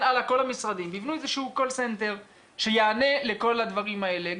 הלאה כל המשרדים ויבנו איזה שהוא קול-סנטר שיענה לכל הדברים האלה.